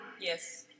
yes